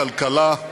בכלכלה,